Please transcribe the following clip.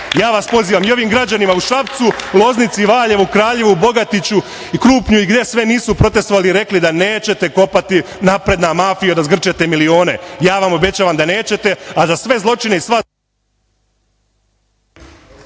Ja vas pozivam i ovim građanima u Šapcu, Loznici, Valjevu, Kraljevu, Bogatiću i Krupnju i gde sve nisu protestvovali i rekli da nećete kopati, napredna mafijo, da zgrćete milione. Ja vam obećavam da nećete, a za sve zločine ćete